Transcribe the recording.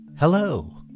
Hello